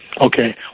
Okay